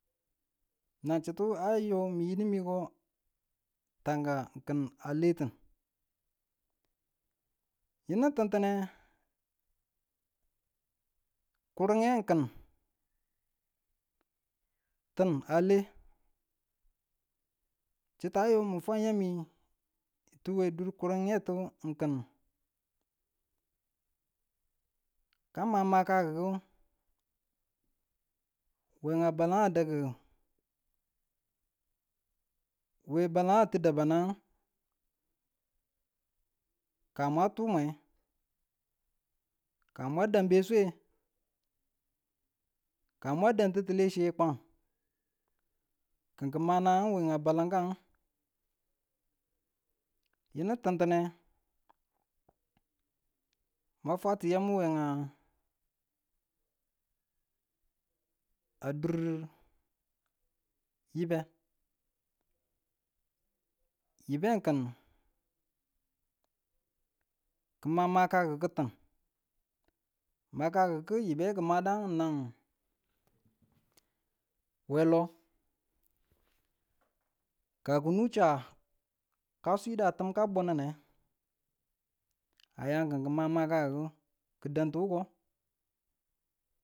Nan chitu ayo miyidi miko tanka kin aleyin yinu tintine kurnge n kin ale chitta ayon fwa yami we dur kurnge tu n kin ka ma maka kiku we a balenguki we baleng ti dabangu ka mwa tuu mwe ka mwan da̱n beseng ka mwa da̱ng tittile chiye kwang kin kima nanang we a balengang yinu tittine ma fwati yam wenga duur yibbe, yibben kin kima makakiku nin makakiku yibbe kima dai nan, we lo ka kinu chaa ka sii da tin ka bunnu ne aya ki kima makakiku kida̱ng ti wiko.